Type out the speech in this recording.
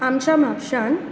आमच्या म्हापशांत